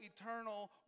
eternal